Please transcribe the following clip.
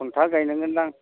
खुन्था गायनांगोनदां